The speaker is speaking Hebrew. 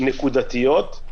נקודתיות.